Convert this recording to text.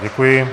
Děkuji.